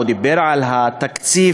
או דיבר על התקציב,